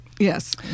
Yes